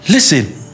Listen